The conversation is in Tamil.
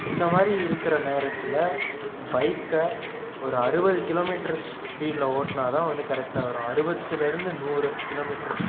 இந்தமாதிரி இருக்கிற நேரத்தில் பைக்கை ஒரு அறுபது கிலோ மீட்டர் ஸ்பீட்டில் ஒட்டினா தான் வந்து கரெக்ட்டாக வரும் அறுவத்துல இருந்து நூறு கிலோ மீட்டரு